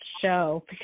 show